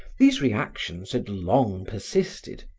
these reactions had long persisted.